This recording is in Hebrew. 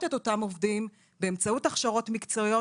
את אותם עובדים באמצעות הכשרות מקצועיות,